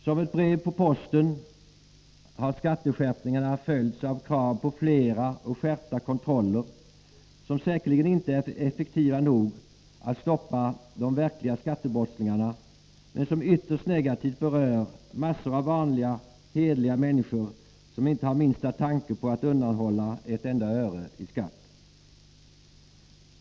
Som ett brev på posten har skatteskärpningarna följts av krav på fler och skärpta kontroller, som säkerligen inte är effektiva nog att stoppa de verkliga skattebrottslingarna men som ytterst negativt berör massor av vanliga hederliga människor som inte har minsta tanke på att undanhålla ett enda öre i skatt.